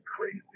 crazy